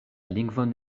lingvon